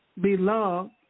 beloved